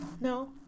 No